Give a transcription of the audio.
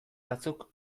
batzuk